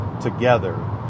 together